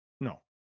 no